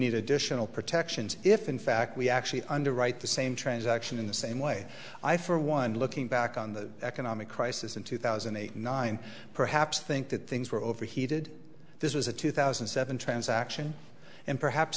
need additional protections if in fact we actually underwrite the same transaction in the same way i for one looking back on the economic crisis in two thousand and nine perhaps think that things were overheated this was a two thousand and seven transaction and perhaps